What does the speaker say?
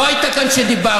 לא היית פה כשדיברתי.